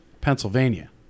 Pennsylvania